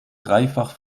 dreifach